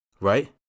right